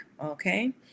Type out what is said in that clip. okay